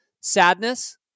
Sadness